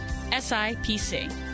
SIPC